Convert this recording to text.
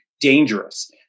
dangerous